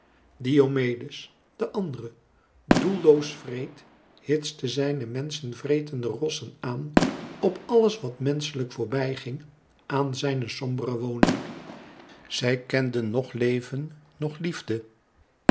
diomedes de andere doelloos wreed hitste zijne menschenvretende rossen aan op alles wat menschlijk voorbij ging aan zijne sombere woning zij kenden noch leven noch liefde